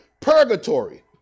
purgatory